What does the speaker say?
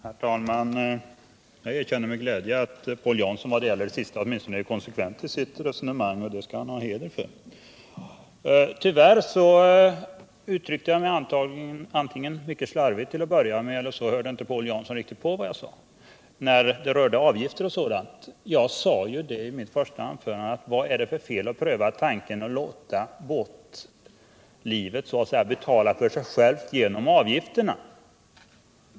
Herr talman! Jag erkänner med glädje att Paul Jansson åtminstone när det gäller det sista är konsekvent i sitt resonemang, och det hedrar honom. Antingen uttryckte jag mig slurvigt eller också hörde inte Paul Jansson på vad jag sade när det gällde avgifter. Jag sade i mitt första anförande: Vad är det för fel att pröva tanken att låta båtlivet så att säga betala för sig självt genom avgifterna?